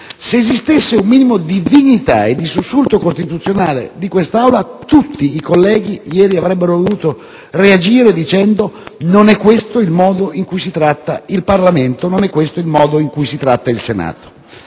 Se esistesse un minimo di dignità e di sussulto costituzionale in quest'Aula, tutti i colleghi ieri avrebbero dovuto reagire, per dire che non è questo il modo in cui si tratta il Parlamento, non è questo il modo in cui si tratta il Senato.